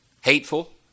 hateful